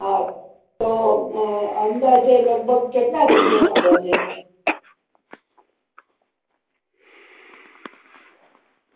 હા તો અંદાજે લગભગ કેટલાં રૂપિયામાં બને